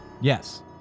Yes